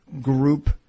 group